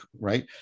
right